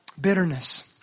Bitterness